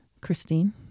Christine